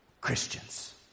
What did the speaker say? Christians